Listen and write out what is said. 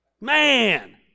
Man